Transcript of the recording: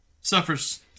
suffers